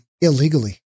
illegally